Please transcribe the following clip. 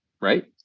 right